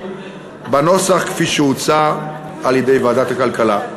בנוסח כפי שהוצע על-ידי ועדת הכלכלה.